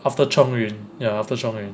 after chong yun ya after chong yun